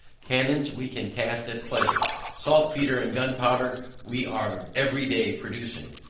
cannons we can cast at pleasure. saltpetre and gunpowder we are every day producing.